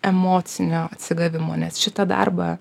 emocinio atsigavimo nes šitą darbą